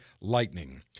Lightning